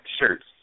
shirts